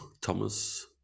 Thomas